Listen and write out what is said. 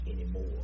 anymore